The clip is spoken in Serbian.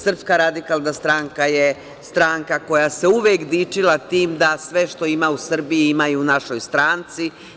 Srpska radikalna stranka je stranka koja se uvek dičila tim da sve što ima u Srbiji ima i u našoj stranci.